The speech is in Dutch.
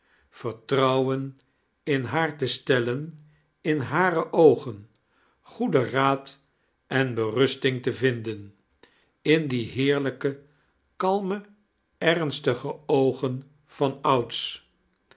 vertorouwen in haar te stellen in hare oogen goeden raad en beirustdng te vinden in die heeirlij'ke kalme em-stage oogen van